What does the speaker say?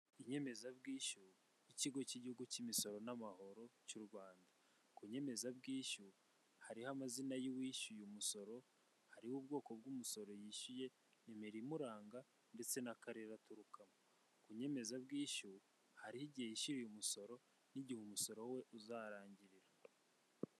Inzu igurishwa iba iherereye i Kanombe mu mujyi wa Kigali ifite ibyumba bine n'ubwogero butatu ikaba ifite amadirishya atatu manini n'umuryango munini ifite urubaraza rusashemo amabuye y'umweru n'umutuku ifite ibikuta bisize amabara y'umweru n'icyatsi n'amabati manini.